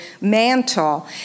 mantle